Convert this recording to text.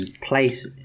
Place